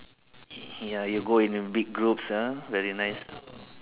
ya you go in big groups ah very nice